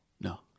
no